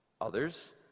Others